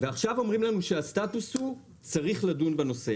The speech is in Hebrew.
ועכשיו אומרים לנו שהסטטוס הוא "צריך לדון בנושא".